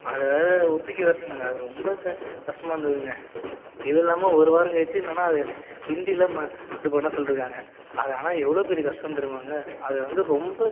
அதை வேறு ஒப்பிக்க வேறு சொன்னாங்க அது ரொம்ப க கஷ்டமாக இருந்ததுங்க இது இல்லாமல் ஒரு வாரம் கழிச்சு என்னன்னால் அது ஹிந்தியில் ம இப்படி பண்ண சொல்லியிருக்காங்க அது ஆனால் எவ்வளோ பெரிய கஷ்டம்னு தெரியுமாங்க அது வந்து ரொம்ப